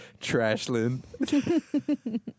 Trashland